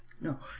no